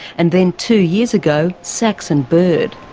and then two years ago, saxon bird.